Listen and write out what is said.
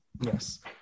Yes